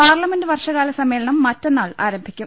parliament വർഷകാലസമ്മേളനം മറ്റന്നാൾ ആരംഭിക്കും